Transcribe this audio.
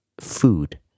food